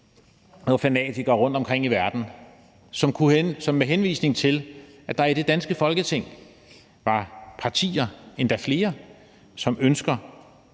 og fanatikere rundtomkring i verden, som med henvisning til at der i det danske Folketing var partier, endda flere, som ønsker